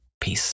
peace